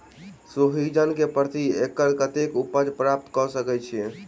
सोहिजन केँ प्रति एकड़ कतेक उपज प्राप्त कऽ सकै छी?